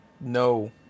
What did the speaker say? No